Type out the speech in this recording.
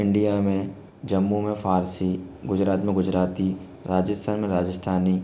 India में जम्मू में फारसी गुजरात में गुजराती राजस्थान में राजस्थानी